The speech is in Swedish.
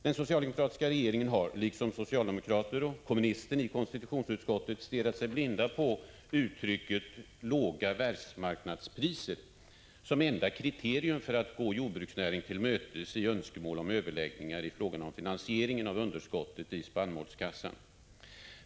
Den socialdemokratiska regeringen har, liksom socialdemokrater och kommunisten i konstitutionsutskottet, stirrat sig blinda på uttrycket ”låga världsmarknadspriser” som enda kriterium för att gå jordbruksnäringen till mötes i önskemål om överläggningar i frågan om finansieringen av underskottet i spannmålskassan.